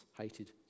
hated